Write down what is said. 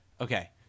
okay